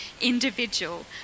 individual